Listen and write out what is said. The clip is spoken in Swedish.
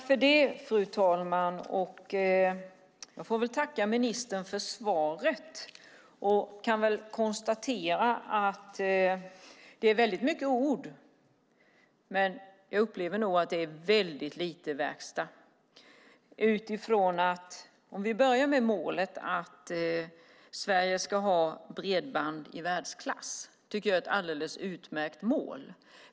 Fru talman! Jag får tacka ministern för svaret och kan konstatera att det är väldigt mycket ord, men jag upplever nog att det är väldigt lite verkstad. Vi kan börja med målet att Sverige ska ha bredband i världsklass. Det tycker jag är ett alldeles utmärkt mål.